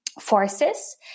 forces